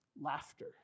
laughter